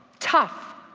tough,